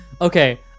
okay